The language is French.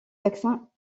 vaccins